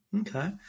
Okay